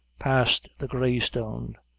past the grey stone,